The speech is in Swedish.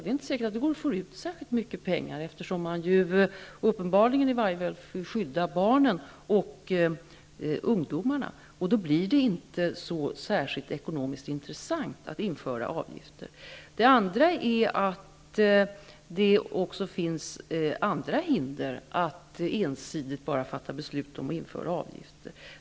Det är inte säkert att det går att få in särskilt mycket pengar, eftersom man uppenbarligen i varje fall vill skydda barnen och ungdomarna. Då blir det inte så särskilt ekonomiskt intressant att införa avgifter. Det finns också andra hinder att ensidigt fatta beslut om att införa avgifter.